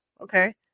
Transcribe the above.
Okay